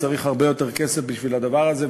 צריך הרבה יותר כסף בשביל הדבר הזה,